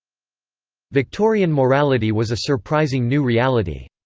victorian morality was a surprising new reality.